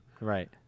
Right